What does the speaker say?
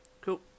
cool